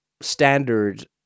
standard